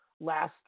last